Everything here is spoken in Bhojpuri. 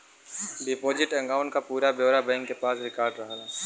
डिपोजिट अकांउट क पूरा ब्यौरा बैंक के पास रिकार्ड रहला